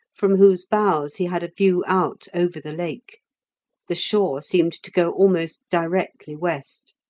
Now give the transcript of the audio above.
from whose boughs he had a view out over the lake the shore seemed to go almost directly west.